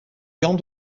gant